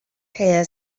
here